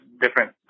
different